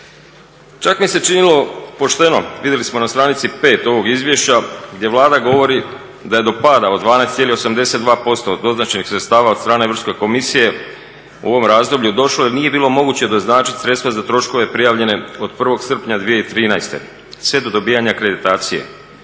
Čak mi se činilo pošteno, vidjeli smo na stranici 5. ovog izvješća gdje Vlada govori da je do pada od 12,82% od doznačenih sredstava od strane Europske komisije u ovom razdoblju došlo jer nije bilo moguće doznačiti sredstva za troškove prijavljene od 1. srpnja 2013. sve do dobivanja akreditacije,